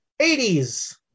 80s